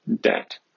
debt